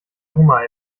hummer